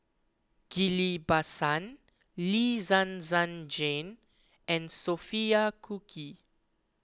Ghillie Bassan Lee Zhen Zhen Jane and Sophia Cooke